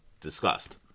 discussed